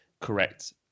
correct